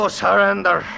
surrender